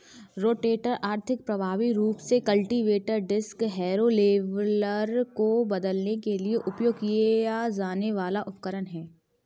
rotator आर्थिक, प्रभावी रूप से कल्टीवेटर, डिस्क हैरो, लेवलर को बदलने के लिए उपयोग किया जाने वाला उपकरण है